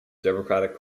democratic